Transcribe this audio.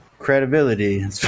credibility